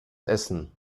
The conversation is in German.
essen